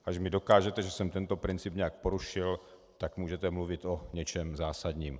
Když mi dokážete, že jsem tento princip nějak porušil, tak můžete mluvit o něčem zásadním.